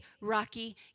Rocky